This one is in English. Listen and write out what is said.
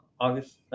august